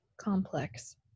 complex